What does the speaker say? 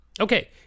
Okay